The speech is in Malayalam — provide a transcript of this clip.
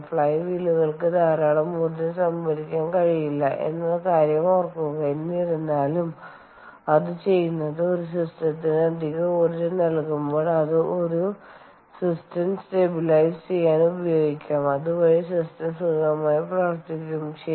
ഫ്ലൈ വീലുകൾക്ക് ധാരാളം ഊർജം സംഭരിക്കാൻ കഴിയില്ല എന്ന കാര്യം ഓർക്കുക എന്നിരുന്നാലും അത് ചെയ്യുന്നത് ഒരു സിസ്റ്റത്തിന് അധിക ഊർജം നൽകുമ്പോൾ അത് ഒരു സിസ്റ്റം സ്റ്റെബിലൈസ് ചെയ്യാൻ ഉപയോഗിക്കാം അതുവഴി സിസ്റ്റം സുഗമമായി പ്രവർത്തിക്കും ശരി